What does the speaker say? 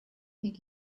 think